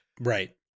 Right